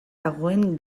dagoen